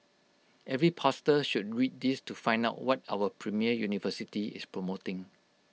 every pastor should read this to find out what our premier university is promoting